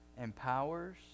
empowers